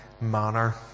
manner